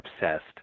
obsessed